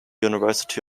university